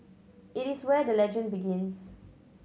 it is where the legend begins